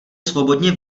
svobodně